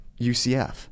UCF